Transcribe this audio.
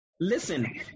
Listen